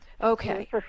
okay